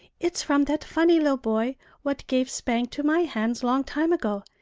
it's from that funny lil' boy what gave spank to my hands long time ago.